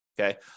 okay